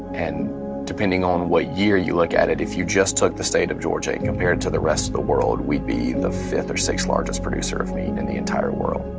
and depending on what year you look at it, if you just took the state of georgia and compared it to the rest of the world, we'd be the fifth-or-sixth-largest producer in the and the entire world.